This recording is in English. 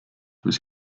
was